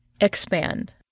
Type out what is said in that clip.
expand